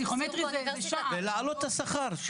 ולהעלות את השכר.